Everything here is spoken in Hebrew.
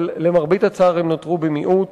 אבל למרבה הצער הם נותרו במיעוט.